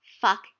fuck